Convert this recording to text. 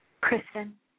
Kristen